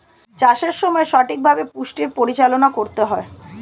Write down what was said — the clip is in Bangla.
চাষের সময় সঠিকভাবে পুষ্টির পরিচালনা করতে হয়